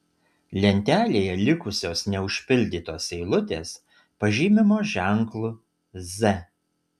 lentelėje likusios neužpildytos eilutės pažymimos ženklu z